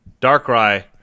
Darkrai